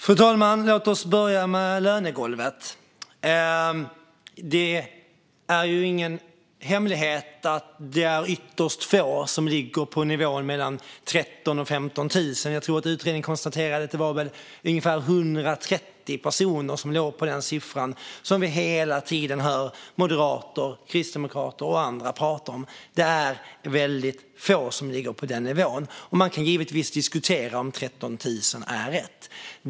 Fru talman! Låt oss börja med lönegolvet. Det är ju ingen hemlighet att det är ytterst få som ligger på nivån mellan 13 000 och 15 000. Jag tror att utredningen konstaterade att det var ungefär 130 personer som låg på den siffra som vi hela tiden hör moderater, kristdemokrater och andra prata om. Det är väldigt få som ligger på den nivån. Man kan givetvis diskutera om 13 000 är rätt.